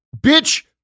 bitch